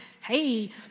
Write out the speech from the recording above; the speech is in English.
hey